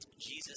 Jesus